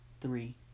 three